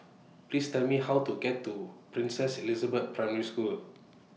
Please Tell Me How to get to Princess Elizabeth Primary School